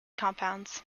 compounds